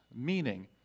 meaning